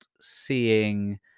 seeing